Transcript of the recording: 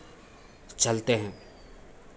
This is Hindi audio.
चलते हैं